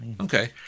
Okay